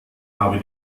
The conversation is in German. aber